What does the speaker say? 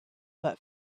but